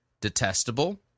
detestable